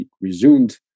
resumed